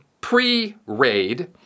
pre-raid